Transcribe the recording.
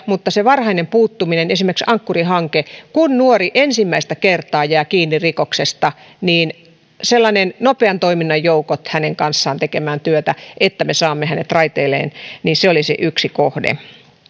tärkeää se varhainen puuttuminen esimerkiksi ankkuri hanke kun nuori ensimmäistä kertaa jää kiinni rikoksesta niin sellaiset nopean toiminnan joukot hänen kanssaan tekemään työtä että me saamme hänet raiteilleen se olisi yksi kohde